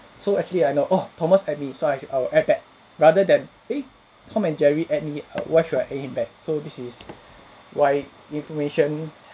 so actually I know oh thomas add me so I I will add back rather than eh tom and jerry add me err why should I add him back so this is why information